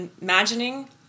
imagining